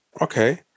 Okay